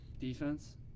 defense